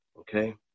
Okay